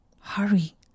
Hurry